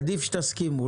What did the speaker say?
עדיף שתסכימו.